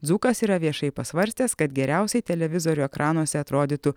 dzūkas yra viešai pasvarstęs kad geriausiai televizorių ekranuose atrodytų